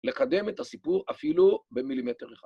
לקדם את הסיפור אפילו במילימטר אחד.